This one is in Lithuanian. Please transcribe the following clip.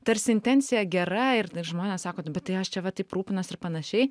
tarsi intencija gera ir žmonės sako nu bet tai aš čia va taip rūpinuosi ir panašiai